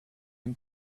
him